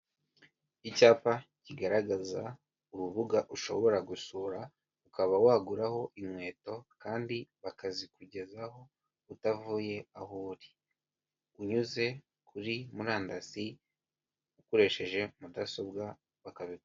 Icyapa kigaragaza urubuga ushobora gusura ukaba waguraho inkweto kandi bakazikugezaho utavuye aho uri, unyuze kuri murandasi, ukoresheje mudasobwa bakabikugezaho.